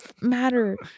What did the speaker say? matter